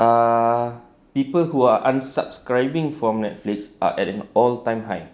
err people who are un-subscribing from Netflix are at an all time high